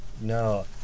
no